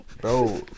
Bro